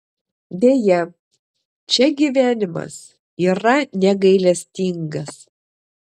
deja čia gyvenimas yra negailestingas